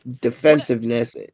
defensiveness